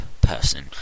person